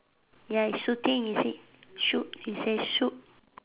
ya he shooting he said shoot he say shoot